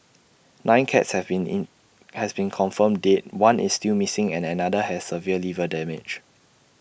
nine cats have been in has been confirmed dead one is still missing and another has severe liver damage